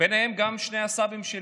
ובהם גם שני הסבים שלי,